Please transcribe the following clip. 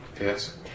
Yes